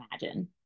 imagine